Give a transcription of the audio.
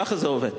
ככה זה עובד.